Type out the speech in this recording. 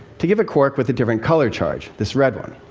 to give a quark with a different color charge this red one.